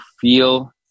feel